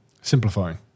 Simplifying